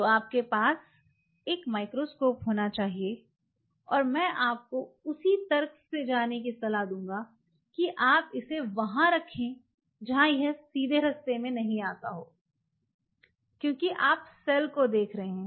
तो आपके पास एक माइक्रोस्कोप होना चाहिए और मैं आपको उसी तर्क से जाने की सलाह दूँगा कि आप इसे वहां रखें जहाँ यह सीधे रास्ते में नहीं आता हो क्योंकि आप सेल को देख रहे हैं